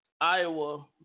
Iowa